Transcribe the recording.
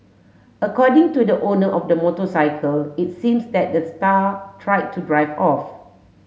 according to the owner of the motorcycle it seems that the star tried to drive off